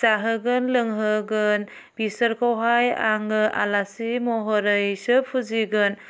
जाहोगोन लोंहोगोन बिसोरखौहाय आङो आलासि महरैसो फुजिगोन